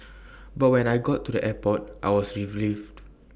but when I got to the airport I was relieved